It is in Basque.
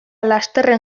lasterren